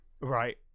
right